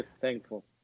thankful